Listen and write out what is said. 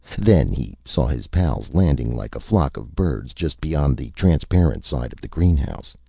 then he saw his pals, landing like a flock of birds, just beyond the transparent side of the greenhouse.